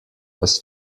was